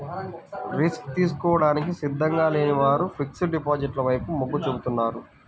risk తీసుకోవడానికి సిద్ధంగా లేని వారు ఫిక్స్డ్ డిపాజిట్ల వైపు మొగ్గు చూపుతున్నారు